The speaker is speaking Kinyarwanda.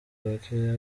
bakeya